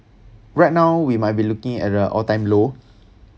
right now we might be looking at the all time low